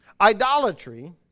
Idolatry